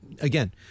again